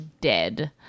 dead